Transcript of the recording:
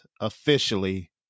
officially